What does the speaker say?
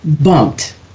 bumped